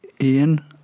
Ian